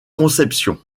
concepción